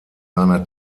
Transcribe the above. seiner